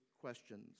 questions